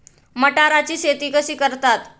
मटाराची शेती कशी करतात?